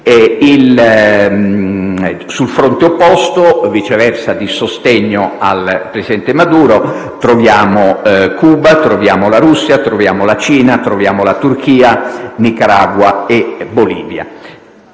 sul fronte opposto di sostegno al presidente Maduro troviamo Cuba, Russia, Cina, Turchia, Nicaragua e Bolivia.